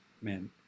man